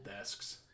desks